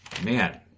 Man